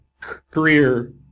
career